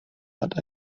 but